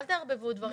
אל תערבבו דברים.